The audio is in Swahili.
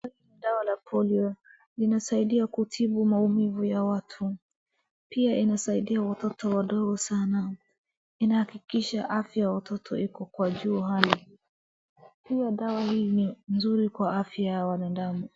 Hili ni dawa la polio. Linasaidia kutibu maumivu ya watu. Pia inasaidia watoto wadogo sana. Inahakikisha afya ya watoto iko kwa juu hali. Pia dawa hii ni nzuri kwa afya ya wanadamu.